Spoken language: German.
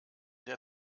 der